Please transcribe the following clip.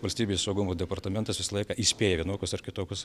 valstybės saugumo departamentas visą laiką įspėja vienokius ar kitokius